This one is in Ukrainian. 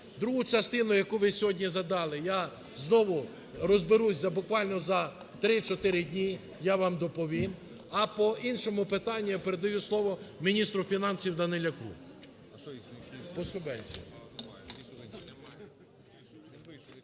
Другу частину, яку ви сьогодні задали, я знову розберусь буквально за три-чотири дні, я вам доповім. А по іншому питанню я передаю слово міністру фінансів Данилюку.